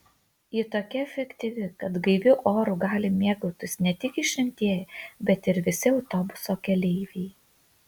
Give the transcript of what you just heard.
ji tokia efektyvi kad gaiviu oru gali mėgautis ne tik išrinktieji bet ir visi autobuso keleiviai